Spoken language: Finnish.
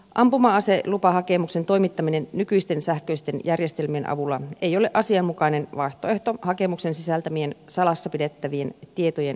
ampuma aselupahakemuksen toimittaminen nykyisten sähköisten järjestelmien avulla ei ole asianmukainen vaihtoehto hakemuksen sisältämien salassa pidettävien tietojen vuoksi